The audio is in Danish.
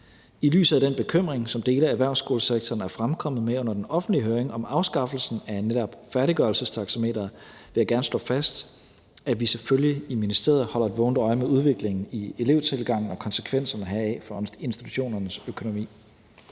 I lyset af den bekymring, som dele af erhvervsskolesektoren er fremkommet med under den offentlige høring om afskaffelsen af netop færdiggørelsestaxameteret, vil jeg gerne slå fast, at vi selvfølgelig i ministeriet holder et vågent øje med udviklingen i elevtilgangen og konsekvenserne heraf for institutionernes økonomi.